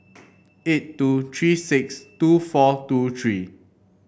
eight two three six two four two three